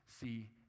see